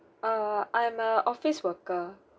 err I'm a office worker